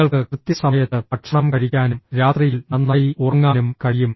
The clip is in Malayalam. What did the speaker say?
നിങ്ങൾക്ക് കൃത്യസമയത്ത് ഭക്ഷണം കഴിക്കാനും രാത്രിയിൽ നന്നായി ഉറങ്ങാനും കഴിയും